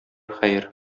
хәер